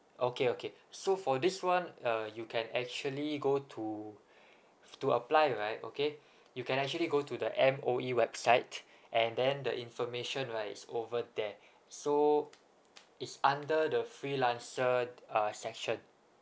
okay okay so for this one uh you can actually go to to apply right okay you can actually go to the M_O_E website and then the information right is over there so it's under the freelancer uh section